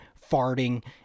farting